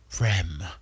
Rem